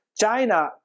China